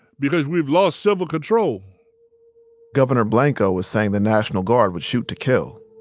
because we've lost civil control governor blanco was saying the national guard would shoot to kill.